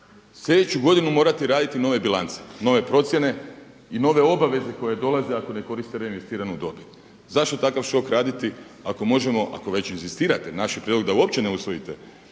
slijedeću godinu morati raditi nove bilance, nove procjene i nove obaveze koje dolaze ako ne koriste reinvestiranu dobit. Zašto takav šok raditi ako možemo, ak već inzistirate, naš je prijedlog da uopće ne usvojite,